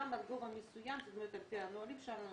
גם עד גובה מסוים על פי הנהלים שלנו,